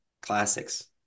Classics